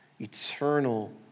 eternal